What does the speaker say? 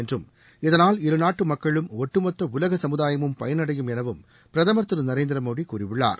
என்றும் இதனால் இருநாட்டு மக்களும் ஒட்டுமொத்த உலக சமுதாயமும் பயனடையும் எனவும் பிரதமர் திரு நரேந்திர மோடி கூறியுள்ளார்